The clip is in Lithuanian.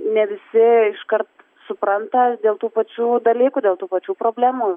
ne visi iškart supranta dėl tų pačių dalykų dėl tų pačių problemų